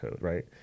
right